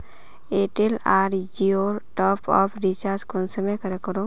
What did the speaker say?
Airtel या जियोर top up recharge कुंसम करे करूम?